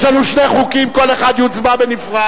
יש לנו שני חוקים, על כל אחד נצביע בנפרד.